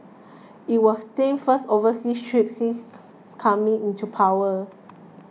it was Kim's first overseas trip since coming into power